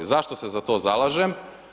Zašto se za to zalažem?